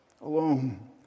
alone